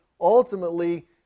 ultimately